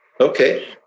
Okay